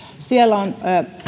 on